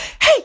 Hey